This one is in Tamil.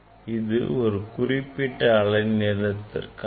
இது ஒரு குறிப்பிட்ட அலைநீளத்திற்கானது